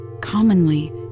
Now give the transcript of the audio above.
Commonly